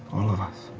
all of us.